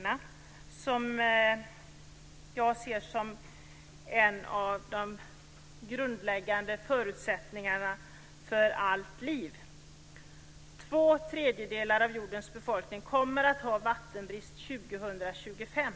Vattnet är som jag ser det en av de grundläggande förutsättningarna för allt liv. Två tredjedelar av jordens befolkning kommer att ha vattenbrist år 2025.